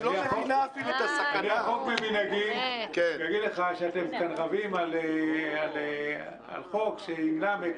אני אחרוג ממנהגי ואגיד לך משהו ואולי אני אצטער עליו --- קח טישו.